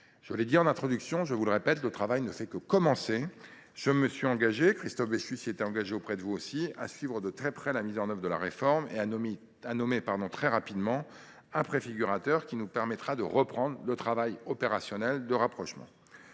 autorité. Toutefois, je vous le répète, le processus ne fait que commencer. Je me suis engagé, comme Christophe Béchu l’avait fait auprès de vous, à suivre de très près la mise en œuvre de la réforme et à nommer rapidement un préfigurateur qui nous permettra de reprendre le travail opérationnel de rapprochement.